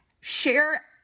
share